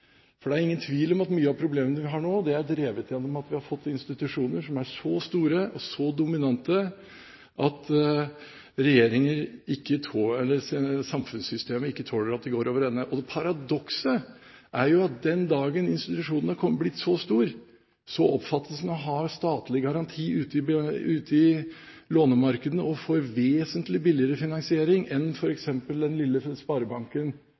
finanssektoren. Det er ingen tvil om at mange av problemene vi har nå, er drevet gjennom av at vi har fått institusjoner som er så store og så dominante at samfunnssystemet ikke tåler at de går over ende. Paradokset er at den dagen institusjonen er blitt så stor, oppfattes den å ha statlig garanti ute i lånemarkedet, og får vesentlig billigere finansiering enn f.eks. den lille sparebanken